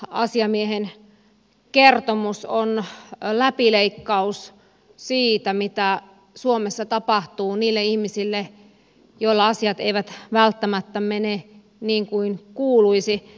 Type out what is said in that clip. tämä oikeusasiamiehen kertomus on läpileikkaus siitä mitä suomessa tapahtuu niille ihmisille joilla asiat eivät välttämättä mene niin kuin kuuluisi